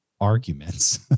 arguments